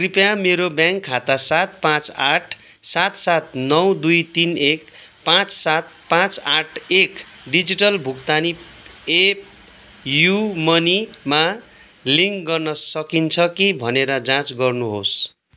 कृपया मेरो ब्याङ्क खाता सात पाँच आठ सात सात नौ दुई तिन एक पाँच सात पाँच आठ एक डिजिटल भुक्तानी एप पेयू मनीमा लिङ्क गर्न सकिन्छ कि भनेर जाँच गर्नुहोस्